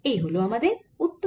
এই আমাদের উত্তর